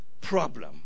problem